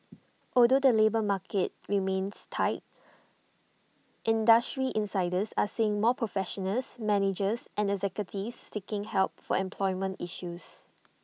although the labour market remains tight industry insiders are seeing more professionals managers and executives seeking help for employment issues